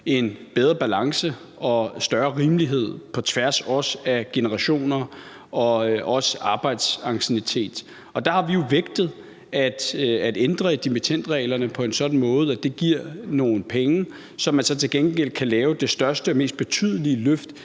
en bedre balance og større rimelighed på tværs af også generationer og arbejdsidentitet. Og der har vi jo vægtet at ændre i dimittendreglerne på en sådan måde, at det giver nogle penge, så man så til gengæld kan lave det største og mest betydelige løft